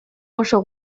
oso